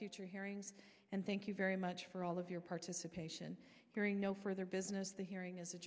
future hearings and thank you very much for all of your participation hearing no further business the hearing is a